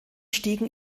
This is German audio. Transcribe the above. stiegen